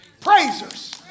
Praisers